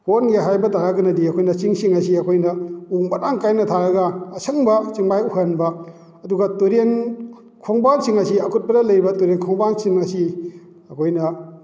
ꯀꯣꯛꯍꯟꯒꯦ ꯍꯥꯏꯕ ꯇꯥꯔꯒꯗꯤ ꯑꯩꯈꯣꯏꯅ ꯆꯤꯡꯁꯤꯡ ꯑꯁꯤ ꯑꯩꯈꯣꯏꯅ ꯎ ꯃꯔꯥꯡ ꯀꯥꯏꯅ ꯊꯥꯔꯒ ꯑꯁꯪꯕ ꯆꯤꯡꯃꯥꯏ ꯎꯈꯟꯕ ꯑꯗꯨꯒ ꯇꯨꯔꯦꯟ ꯈꯣꯡꯕꯥꯟꯁꯤꯡ ꯑꯁꯤ ꯑꯀꯨꯠꯄꯗ ꯂꯩꯔꯤꯕ ꯇꯨꯔꯦꯟ ꯈꯣꯡꯕꯥꯟꯁꯤꯡ ꯑꯁꯤ ꯑꯩꯈꯣꯏꯅ